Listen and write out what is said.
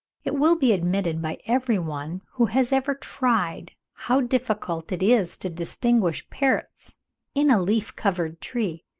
it will be admitted by every one, who has ever tried, how difficult it is to distinguish parrots in a leaf-covered tree.